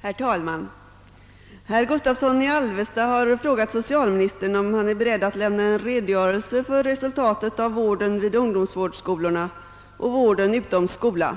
Herr talman! Herr Gustavsson i Alvesta har frågat socialministern om han är beredd att lämna en redogörelse för resultatet av vården vid ungdomsvårdsskolorna och vården utom skola.